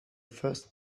first